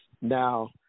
Now